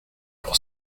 pour